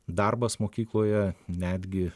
darbas mokykloje netgi